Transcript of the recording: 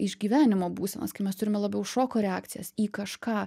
išgyvenimo būsenas kai mes turime labiau šoko reakcijas į kažką